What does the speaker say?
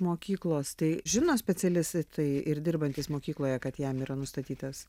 mokyklos tai žino specialistai tai ir dirbantys mokykloje kad jam yra nustatytas